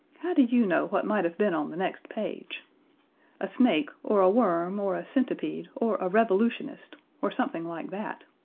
how do you know what might have been on the next page a snake or a worm, or a centipede or a revolutionist, or something like that.